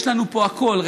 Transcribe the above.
יש לנו פה הכול,